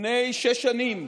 לפני שש שנים,